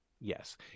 yes